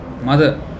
mother